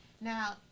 Now